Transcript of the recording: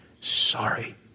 sorry